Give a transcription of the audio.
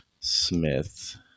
Smith